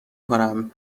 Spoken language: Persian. کنم